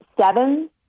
seven